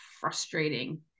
frustrating